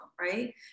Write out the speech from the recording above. right